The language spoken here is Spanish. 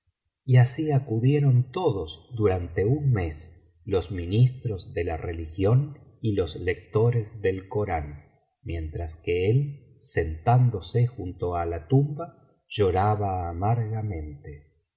y así acudieron todos durante un mes los ministros de la religión y los lectores del corán mientras que el sentándose junto á la tumba lloraba amargamente